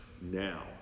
now